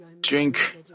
drink